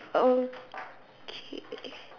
okay